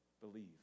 believe